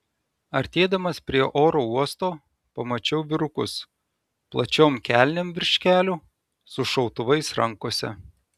artėdamas prie oro uosto pamačiau vyrukus plačiom kelnėm virš kelių su šautuvais rankose